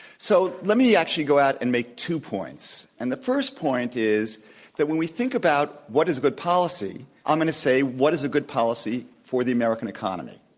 so let me actually go out and make two points. and the first point is that when we think about what is good policy, i'm going to say what is a good policy for the american economy.